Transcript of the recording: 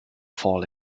fall